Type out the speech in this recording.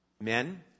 Men